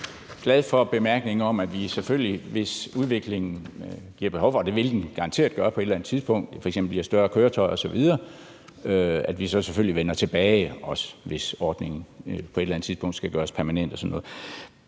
Jeg er glad for bemærkningen om, at vi selvfølgelig, hvis udviklingen giver behov for det – og det vil den garanteret gøre på et eller andet tidspunkt, f.eks. i større køretøjer osv. – og hvis ordningen på et eller andet tidspunkt skal gøres permanent